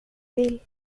vill